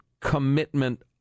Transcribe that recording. commitment